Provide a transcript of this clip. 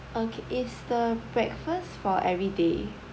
okay it's the breakfast for every day